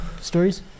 stories